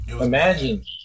Imagine